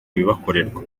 bibakorerwa